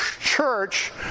church